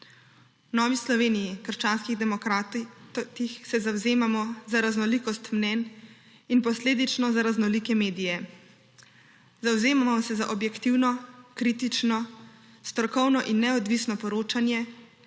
V Novi Sloveniji – krščanskih demokratih se zavzemamo za raznolikost mnenj in posledično za raznolike medije. Zavzemamo se za objektivno, kritično, strokovno in neodvisno poročanje,